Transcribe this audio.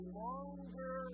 longer